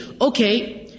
okay